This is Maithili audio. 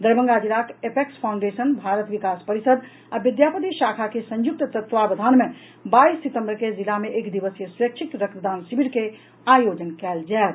दरभंगा जिलाक एपैक्स फाउंडेशन भारत विकास परिषद आ विद्यापति शाखा के संयुक्त तत्वावधान मे बाईस सितम्बर के जिला मे एक दिवसीय स्वैच्छिक रक्त दान शिविर के आयोजन कयल जायत